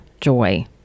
joy